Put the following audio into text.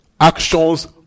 actions